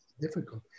Difficult